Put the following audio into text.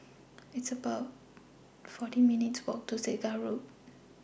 It's about forty minutes' Walk to Segar Road